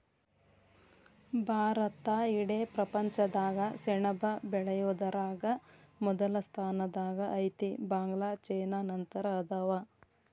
ಭಾರತಾ ಇಡೇ ಪ್ರಪಂಚದಾಗ ಸೆಣಬ ಬೆಳಿಯುದರಾಗ ಮೊದಲ ಸ್ಥಾನದಾಗ ಐತಿ, ಬಾಂಗ್ಲಾ ಚೇನಾ ನಂತರ ಅದಾವ